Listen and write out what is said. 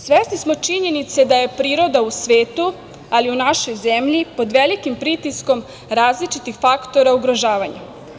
Svesni smo činjenice da je priroda u svetu, ali i u našoj zemlji pod velikim pritiskom različitih faktora ugrožavanja.